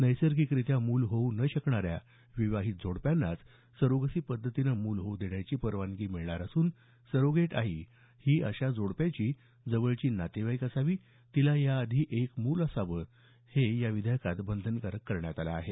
नैसर्गिकरित्या मूल होऊ न शकणाऱ्या विवाहीत जोडप्यांनाच सरोगसी पद्धतीनं मूल होऊ देण्याची परवानगी मिळणार असून सरोगेट आई ही अशा जोडप्यांची जवळची नातेवाईक असावी तिला याआधी एक मूल असणं या विधेयकात बंधनकारक करण्यात आलं आहे